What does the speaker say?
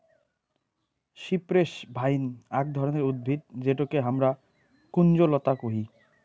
cypress vine আক ধরণের উদ্ভিদ যেটোকে হামরা কুঞ্জলতা কোহি